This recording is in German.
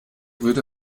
würde